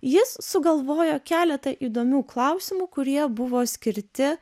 jis sugalvojo keletą įdomių klausimų kurie buvo skirti